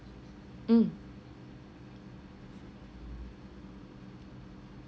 mm